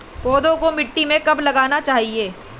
पौधे को मिट्टी में कब लगाना चाहिए?